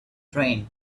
train